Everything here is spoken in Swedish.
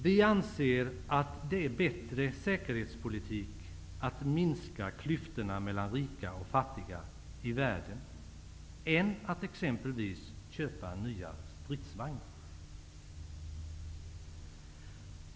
Vi anser att det är bättre säkerhetspolitik att minska klyftorna mellan rika och fattiga i världen än att exempelvis köpa nya stridsvagnar.